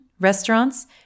restaurants